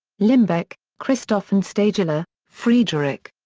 limbeck, christoph and stadler, friedrich.